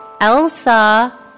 Elsa